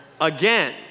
again